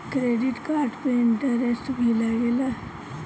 Credit card पे interest भी लागेला?